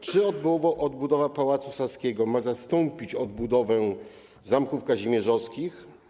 Czy odbudowa Pałacu Saskiego ma zastąpić odbudowę zamków kazimierzowskich?